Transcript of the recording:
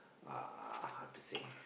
uh how to say